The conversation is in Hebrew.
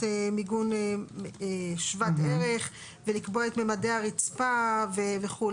מיגון שוות ערך ולקבוע את ממדי הרצפה וכו'.